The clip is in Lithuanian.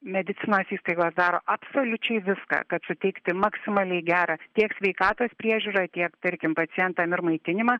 medicinos įstaigos daro absoliučiai viską kad suteikti maksimaliai gerą tiek sveikatos priežiūrą tiek tarkim pacientam ir maitinimą